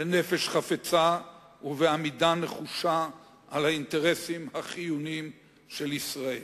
בנפש חפצה ובעמידה נחושה על האינטרסים החיוניים של ישראל.